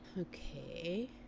Okay